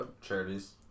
charities